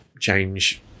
change